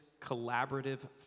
collaborative